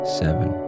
seven